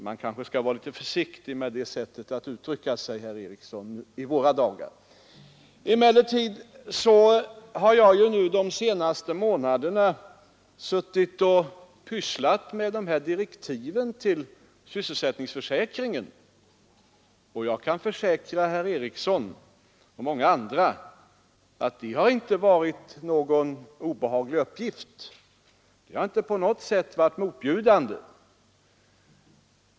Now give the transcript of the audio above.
Man kanske skall vara litet försiktig med det sättet att uttrycka sig, herr Eriksson, i våra dagar! Emellertid har jag ju under de senaste månaderna suttit och pysslat med de här direktiven till sysselsättningsutredningen, och jag kan tala om för herr Eriksson och många andra att det har inte varit någon obehaglig uppgift — det har inte på något sätt varit motbjudande.